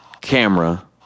camera